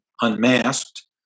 unmasked